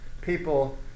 people